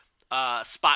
spot